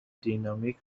دینامیک